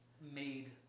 made